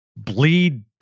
bleed